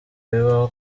bibaho